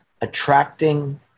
attracting